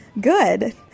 good